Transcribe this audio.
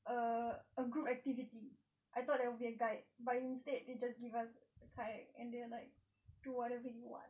a a group activity I thought there will be a guide but instead they just give us the kayak and they were like do whatever you want